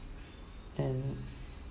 and